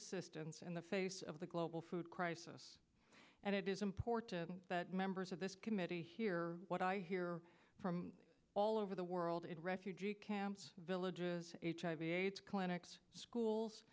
assistance in the face of the global food crisis and it is important that members of this committee hear what i hear from all over the world in refugee camps villages hiv aids clinics schools